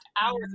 hours